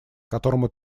которому